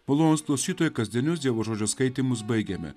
malonūs klausytojai kasdienius dievo žodžio skaitymus baigėme